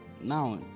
Now